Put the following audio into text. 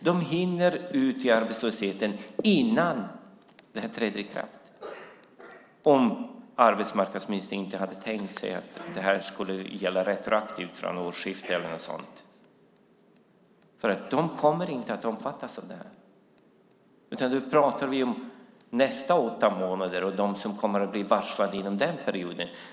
De hinner ut i arbetslösheten innan den nya regeln träder i kraft - om inte arbetsmarknadsministern har tänkt sig att den ska gälla retroaktivt från årsskiftet eller något sådant - och kommer inte att omfattas av den. Nu pratar vi om nästa åtta månader och dem som kommer att bli varslade inom den perioden.